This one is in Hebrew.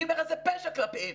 אני אומר, זה פשע כלפיהם,